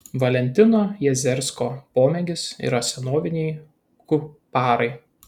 valentino jazersko pomėgis yra senoviniai kuparai